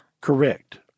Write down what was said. Correct